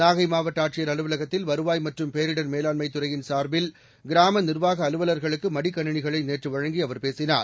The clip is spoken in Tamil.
நாகை மாவட்ட ஆட்சியர் அலுவலகத்தில் வருவாய் மற்றும் பேரிடர் மேலாண்மைத் துறையின் சார்பில் கிராம நிர்வாக அலுவலர்களுக்கு மடிக்கணினிகளை நேற்று வழங்கி அவர் பேசினார்